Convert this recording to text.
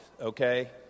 Okay